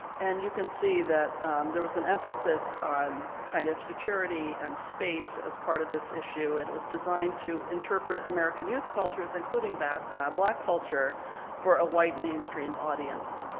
and you can see that there was an emphasis on kind of futurity and space as part of this issue and was designed to interpret american youth cultures including black culture for a white mainstream audience.